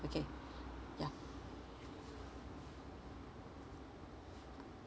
okay yeah